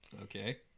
Okay